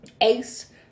Ace